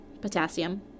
potassium